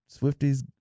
Swifties